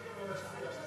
)